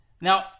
Now